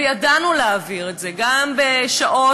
וידענו להעביר את זה גם בשעות,